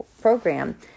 program